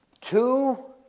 two